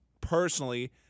personally